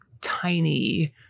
tiny